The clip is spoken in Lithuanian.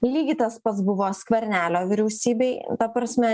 lygiai tas pats buvo skvernelio vyriausybėj ta prasme